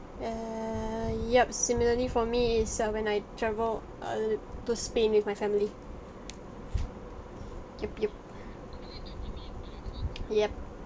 err yup similarly for me is uh when I travelled uh l~ to spain with my family ya ya ya